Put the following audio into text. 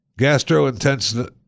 gastrointestinal